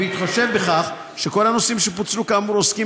בהתחשב בכך שכל הנושאים שפוצלו כאמור עוסקים